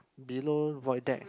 below void deck